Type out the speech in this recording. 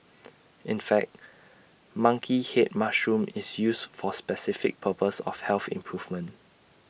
in fact monkey Head mushroom is used for specific purpose of health improvement